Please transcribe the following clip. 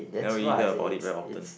never eatting about it very often